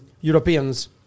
Europeans